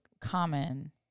common